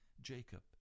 Jacob